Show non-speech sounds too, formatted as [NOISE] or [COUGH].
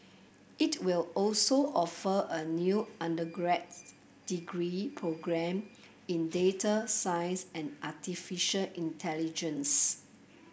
it will also offer a new [UNINTELLIGIBLE] degree programme in data science and artificial intelligence